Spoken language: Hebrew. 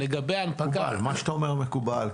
מה שאתה אומר מקובל,